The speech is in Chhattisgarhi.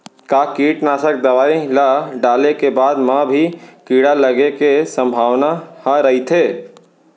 का कीटनाशक दवई ल डाले के बाद म भी कीड़ा लगे के संभावना ह रइथे?